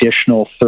additional